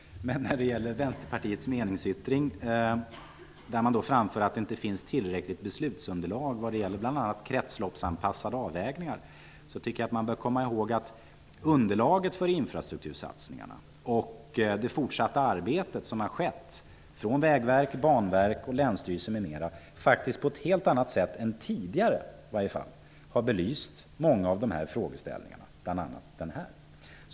Men när det gäller Vänsterpartiets meningsyttring, där man framför att det inte finns tillräckligt beslutsunderlag vad gäller bl.a. kretsloppsanpassade avvägningar, tycker jag att man bör komma ihåg att underlaget för infrastruktursatsningarna och det fortsatta arbete som har utförts av Vägverket, Banverket, länsstyrelsen, m.fl. faktiskt på ett helt annat sätt än tidigare har belyst många av de här frågeställningarna, bl.a. den här.